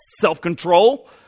self-control